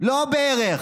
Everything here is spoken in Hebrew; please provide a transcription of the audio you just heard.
לא בערך.